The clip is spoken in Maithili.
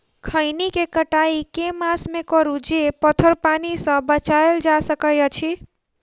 खैनी केँ कटाई केँ मास मे करू जे पथर पानि सँ बचाएल जा सकय अछि?